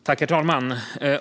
Herr talman!